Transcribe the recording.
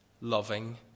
loving